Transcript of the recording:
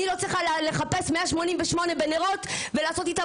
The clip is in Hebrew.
אני לא צריכה לחפש 188 בנרות ולעשות איתם